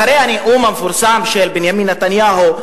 אחרי הנאום המפורסם של בנימין נתניהו,